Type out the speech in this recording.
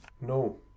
No